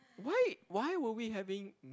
why why were we having